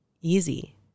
easy